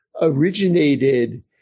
originated